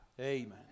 Amen